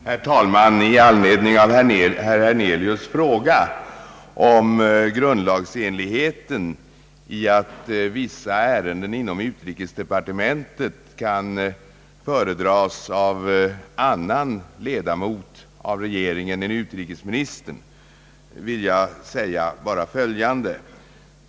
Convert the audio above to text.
Herr talman! I anledning av herr Hernelius” fråga om grundlagsenligheten i att vissa ärenden inom utrikesdepartementet föredras av annan ledamot av regeringen än utrikesministern vill jag säga följande.